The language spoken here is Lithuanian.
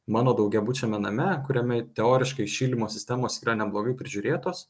mano daugiabučiame name kuriame teoriškai šildymo sistemos yra neblogai prižiūrėtos